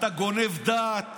אתה גונב דעת.